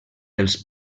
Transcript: els